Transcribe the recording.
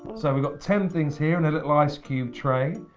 so we've got ten things here in a little ice cube tray.